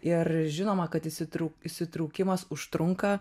ir žinoma kad įsitrau įsitraukimas užtrunka